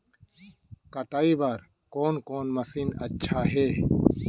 कटाई बर कोन कोन मशीन अच्छा हे?